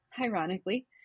ironically